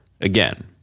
Again